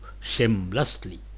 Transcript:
shamelessly